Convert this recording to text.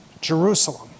Jerusalem